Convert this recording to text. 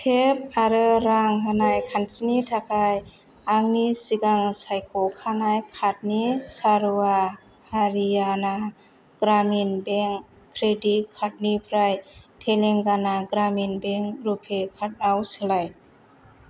tape आरो रां होनाय खान्थिनि थाखाय आंनि सिगां सायख'खानाय कार्डनि सारवा Haryana Gramin bank credit card निफ्राय Telangana Gramin bank RuPay card आव सोलाय